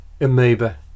amoeba